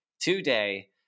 today